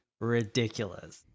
ridiculous